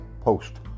post